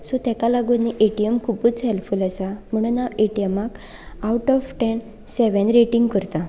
so ताका लागून हें ए टी एम खूबच हेल्पफूल आसा म्हणून हांव ए टी एमाक out of ten seven rating करतां